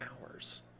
hours